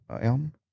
Elm